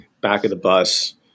back-of-the-bus